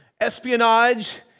espionage